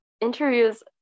interviews